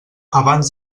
abans